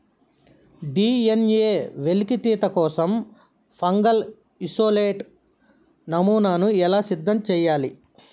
DNA వెలికితీత కోసం fungal isolate నమూనాను ఎలా సిద్ధం చెయ్యాలి?